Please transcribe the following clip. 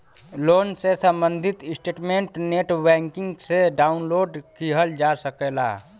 loan से सम्बंधित statement net banking से डाउनलोड किहल जा सकला